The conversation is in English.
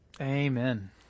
Amen